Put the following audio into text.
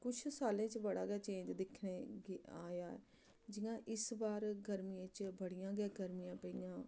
कुछ सालें च बड़ा गै चेंज दिक्खने गी आया ऐ जि'यां इस बार गर्मियें च बड़ियां गै गर्मियां पेइयां